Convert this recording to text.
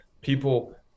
people